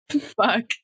fuck